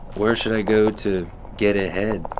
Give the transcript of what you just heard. where should i go to get a head?